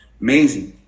amazing